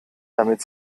damit